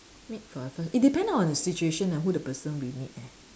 meet for the first it depend on the situation and who the person we meet eh